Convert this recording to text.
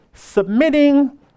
submitting